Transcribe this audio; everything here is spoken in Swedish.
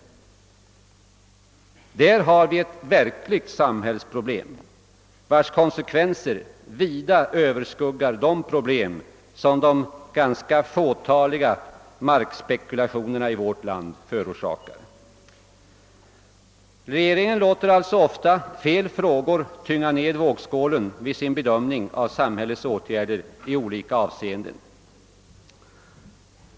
Där har vi ett verkligt samhällsproblem, vars konsekvenser vida överskuggar de problem som de ganska fåtaliga markspekulationerna i vårt land förorsakar. Regeringen låter ofta fel frågor tynga ned vågskålen vid sin bedömning av samhällets åtgärder i olika avseenden.